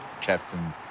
captain